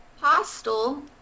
Hostel